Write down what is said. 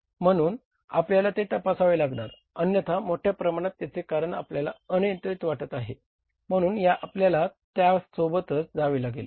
म्हणून आपल्याला ते तपासावे लागणार अन्यथा मोठ्या प्रमाणात याचे कारण आपल्याला अनियंत्रित वाटत आहे म्हणून आपल्याला त्यासोबतच जावे लागेल